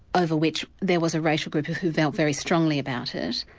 over which there was a racial group who who felt very strongly about it,